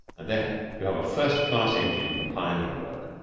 and there you have a first-class engine for pioneer work.